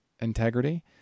integrity